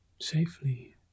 safely